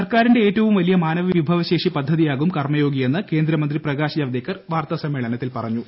സർക്കാരിന്റെ ഏറ്റവും വലിയ മാനവവിഭവശേഷി പദ്ധതിയാകും കർമയോഗിയെന്ന് കേന്ദ്രമന്ത്രി പ്രകാശ് ജാവദേക്കർ വാർത്താസമ്മേളനത്തിൽ പറഞ്ഞു